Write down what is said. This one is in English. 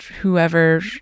whoever